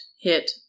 hit